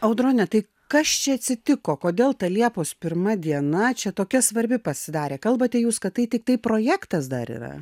audrone tai kas čia atsitiko kodėl ta liepos pirma diena čia tokia svarbi pasidarė kalbate jūs kad tai tiktai projektas dar yra